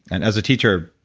and as a teacher,